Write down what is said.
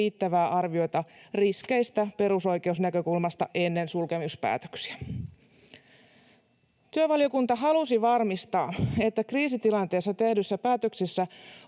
riittävää arviota riskeistä perusoikeusnäkökulmasta ennen sulkemispäätöksiä. Työvaliokunta halusi varmistaa, että kriisitilanteessa tehdyissä päätöksissä